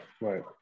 right